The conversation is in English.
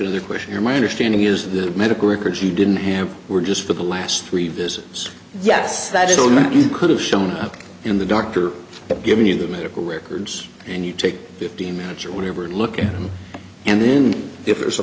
the question here my understanding is the medical records he didn't have were just for the last three visits yes that you know not you could have shown up in the doctor giving you the medical records and you take fifteen minutes or whatever and look at them and then if there's a